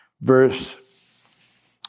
verse